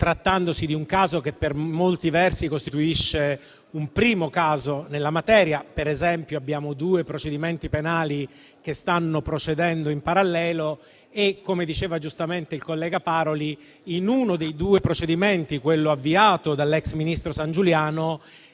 grande cautela, dato che per molti versi costituisce un primo caso nella materia. Per esempio, abbiamo due procedimenti penali che stanno procedendo in parallelo e, come diceva giustamente il collega Paroli, in uno dei due, quello avviato dall'ex ministro Sangiuliano,